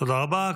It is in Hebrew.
תודה רבה.